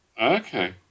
Okay